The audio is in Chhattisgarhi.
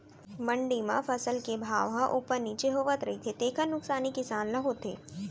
मंडी म फसल के भाव ह उप्पर नीचे होवत रहिथे तेखर नुकसानी किसान ल होथे